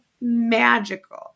magical